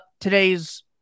Today's